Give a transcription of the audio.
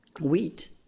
wheat